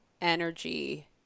energy